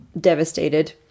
devastated